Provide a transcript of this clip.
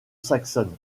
saxonne